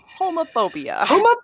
homophobia